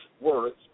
words